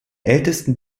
ältesten